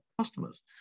customers